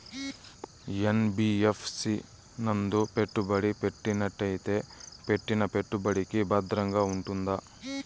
NBFC నందు పెట్టుబడి పెట్టినట్టయితే పెట్టిన పెట్టుబడికి భద్రంగా ఉంటుందా?